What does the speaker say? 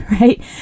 right